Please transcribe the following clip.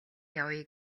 явъя